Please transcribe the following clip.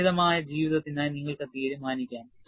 പരിമിതമായ ജീവിതത്തിനായി നിങ്ങൾക്ക് തീരുമാനിക്കാം